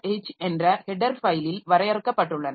h என்ற header ஃபைலில் வரையறுக்கப்பட்டுள்ளன